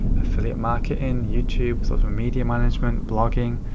affiliate marketing, youtube, social media management, blogging,